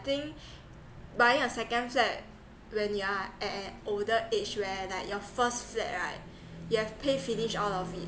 think buying a second flat when you're at older age where like your first flat right you have pay finish all of it